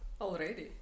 Already